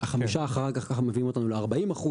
החמישה אחר כך מביאים אותנו ל-40%,